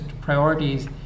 priorities